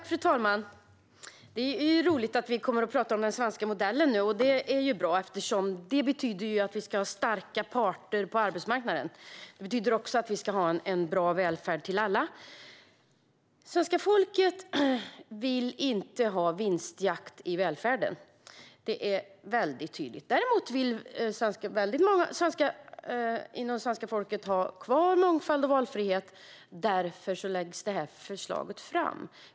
Fru talman! Det är roligt att vi nu kommer att tala om den svenska modellen. Det betyder ju att vi ska ha starka parter på arbetsmarknaden. Det betyder också att vi ska ha en bra välfärd till alla. Svenska folket vill inte ha vinstjakt i välfärden. Det är väldigt tydligt. Däremot vill väldigt många ha kvar mångfald och valfrihet. Därför läggs nu detta förslag fram.